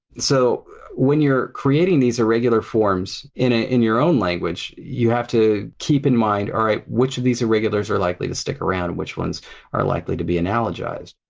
so when you're creating these irregular forms in ah in your own language, you have to keep in mind alright, which of these irregulars are likely to stick around and which ones are likely to be analogized?